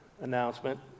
announcement